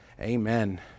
Amen